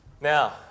Now